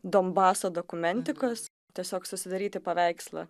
donbaso dokumentikos tiesiog susidaryti paveikslą